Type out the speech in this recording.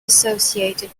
associated